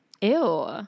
Ew